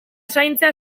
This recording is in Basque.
zaintzea